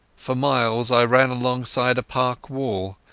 for miles i ran alongside a park wall,